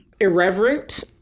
irreverent